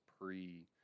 pre